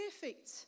perfect